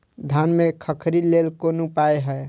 धान में खखरी लेल कोन उपाय हय?